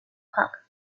park